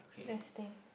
resting